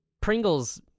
Pringles